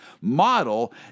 model